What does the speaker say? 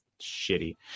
shitty